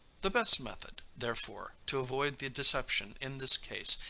the best method, therefore, to avoid the deception in this case,